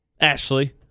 Ashley